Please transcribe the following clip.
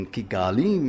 Kigali